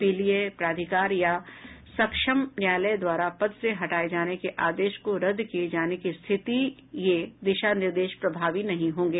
अपीलीय प्राधिकार या सक्षम न्यायालय द्वारा पद से हटाये जाने के आदेश को रद्द किये जाने की स्थिति में दिशा निर्देश प्रभावी नहीं होंगे